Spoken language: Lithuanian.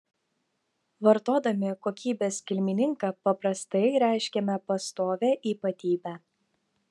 vartodami kokybės kilmininką paprastai reiškiame pastovią ypatybę